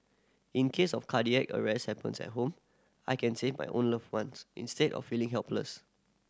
in case of cardiac arrest happens at home I can save my own loved ones instead of feeling helpless